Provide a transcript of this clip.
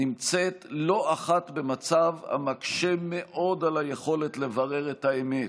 נמצאת לא אחת במצב המקשה מאוד על היכולת לברר את האמת